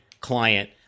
client